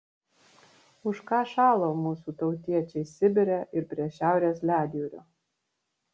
už ką šalo mūsų tautiečiai sibire ir prie šiaurės ledjūrio